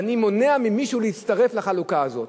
ואני מונע ממישהו להצטרף לחלוקה הזאת,